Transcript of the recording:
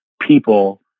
people